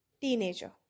teenager